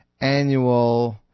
annual